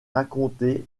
raconté